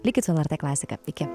likit su lrt klasika iki